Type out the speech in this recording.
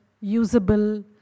usable